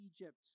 Egypt